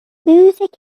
music